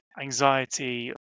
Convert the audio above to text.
anxiety